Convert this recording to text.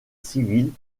civils